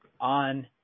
on